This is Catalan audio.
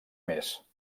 més